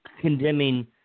condemning